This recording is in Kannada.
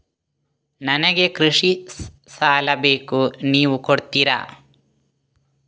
ನನಗೆ ಕೃಷಿ ಸಾಲ ಬೇಕು ನೀವು ಕೊಡ್ತೀರಾ?